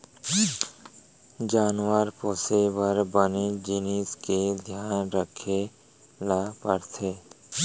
जानवर पोसे बर बने जिनिस के धियान रखे ल परथे